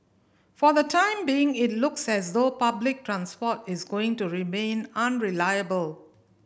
for the time being it looks as though public transport is going to remain unreliable